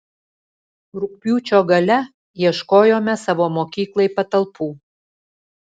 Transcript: rugpjūčio gale ieškojome savo mokyklai patalpų